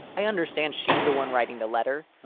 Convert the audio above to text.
i understand she's the one writing the letter.